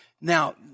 Now